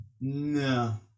No